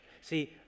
See